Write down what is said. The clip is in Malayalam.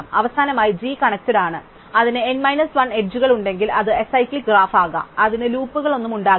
അവസാനമായി G കണ്ണെക്ടഡ് ആണ് അതിന് n 1 അരികുകളുണ്ടെങ്കിൽ അത് അസൈക്ലിക്ക് ഗ്രാഫ് ആകാം അതിന് ലൂപ്പുകളൊന്നും ഉണ്ടാകരുത്